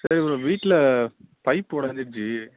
சரி ப்ரோ வீட்டில் பைப்பு உடஞ்சிடுச்சி